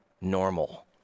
normal